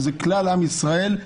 שזה כלל עם ישראל,